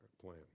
plan